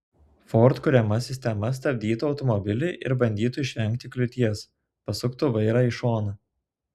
ford kuriama sistema stabdytų automobilį ir bandytų išvengti kliūties pasuktų vairą į šoną